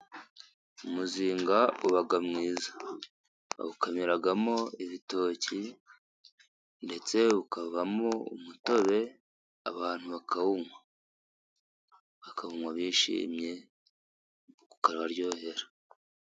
Umuzinga uba mwiza. Bawukamiramo ibitoki, ndetse ukavamo umutobe abantu bakawunywa. Bakawunywa bishimye, ukabaryohera.